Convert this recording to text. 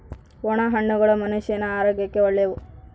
ಒಣ ಹಣ್ಣುಗಳು ಮನುಷ್ಯನ ಆರೋಗ್ಯಕ್ಕ ಒಳ್ಳೆವು